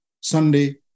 Sunday